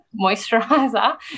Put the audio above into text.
moisturizer